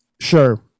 sure